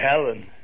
Helen